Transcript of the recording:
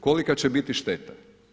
Kolika će biti šteta?